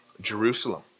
Jerusalem